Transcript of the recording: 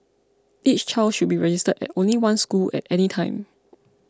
each child should be registered at only one school at any time